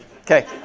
Okay